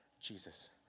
Jesus